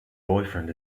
boyfriend